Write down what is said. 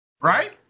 right